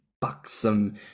buxom